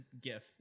gif